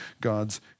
God's